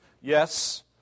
Yes